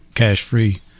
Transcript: cash-free